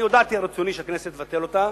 אני הודעתי על רצוני שהכנסת תבטל אותה,